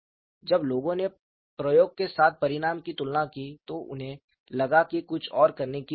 जब लोगों ने प्रयोग के साथ परिणाम की तुलना की तो उन्हें लगा कि कुछ और करने की जरूरत है